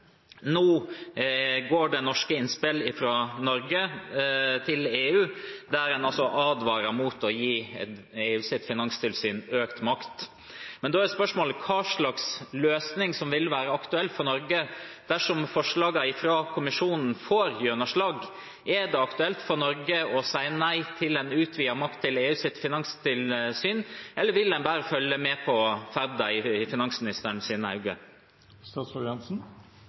Nå går det norske innspill fra Norge til EU der en advarer mot å gi EUs finanstilsyn økt makt. Da er spørsmålet hva slags løsning som vil være aktuell for Norge dersom forslagene fra Kommisjonen får gjennomslag. Er det aktuelt for Norge å si nei til en utvidet makt til EUs finanstilsyn, eller vil en bare følge med på ferden, i